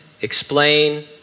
explain